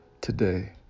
today